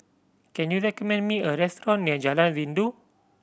can you recommend me a restaurant near Jalan Rindu